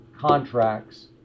contracts